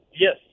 Yes